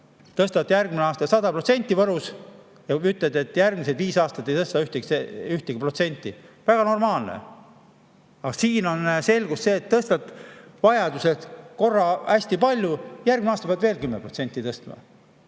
Tõstad järgmisel aastal 100% Võrus ja ütled, et järgmised viis aastat ei tõsta ühtegi protsenti. Väga normaalne! Aga siin on selge see, et tõstad vajadusel korra hästi palju ja järgmine aasta pead veel 10% tõstma.